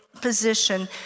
position